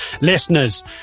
Listeners